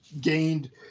gained